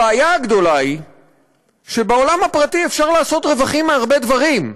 הבעיה הגדולה היא שבעולם הפרטי אפשר לעשות רווחים מהרבה דברים,